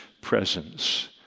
presence